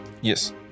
yes